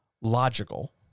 Logical